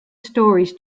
stories